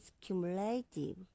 cumulative